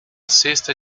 cesta